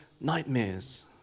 nightmares